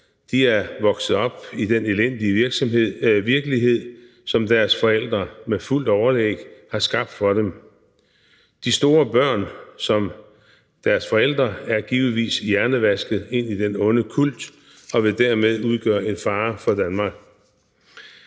De er vokset op i den elendige virkelighed, som deres forældre med fuldt overlæg har skabt for dem. De store børn er ligesom deres forældre givetvis hjernevasket ind i den onde kult og vil dermed udgøre en fare for Danmark.